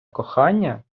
кохання